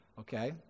okay